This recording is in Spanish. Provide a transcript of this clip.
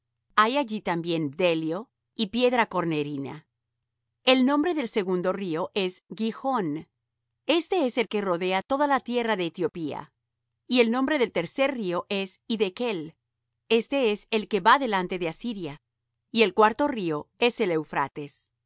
hay allí también bdelio y piedra cornerina el nombre del segundo río es gihón éste es el que rodea toda la tierra de etiopía y el nombre del tercer río es hiddekel éste es el que va delante de asiria y el cuarto río es el eufrates